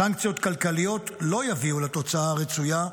סנקציות כלכליות לא יביאו לתוצאה הרצויה,